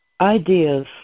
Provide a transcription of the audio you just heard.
Ideas